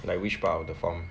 like which part of the form